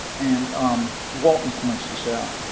and um walton points this out.